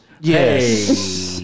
Yes